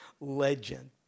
legend